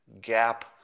gap